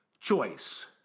choice